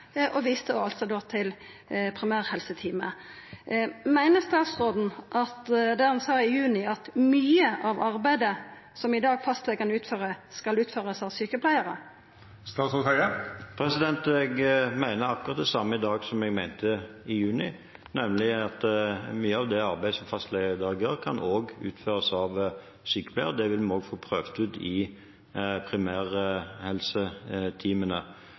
Han viste da til primærhelseteama. Meiner statsråden det han sa i juni, at mykje av det arbeidet som fastlegane utfører i dag, skal utførast av sjukepleiarar? Jeg mener akkurat det samme i dag som jeg mente i juni, nemlig at mye av det arbeidet som fastleger i dag gjør, også kan utføres av sykepleiere. Det vil vi også få prøvd ut i